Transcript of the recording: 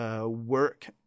work